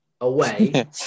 away